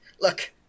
look